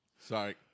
Sorry